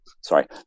sorry